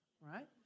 right